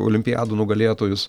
olimpiadų nugalėtojus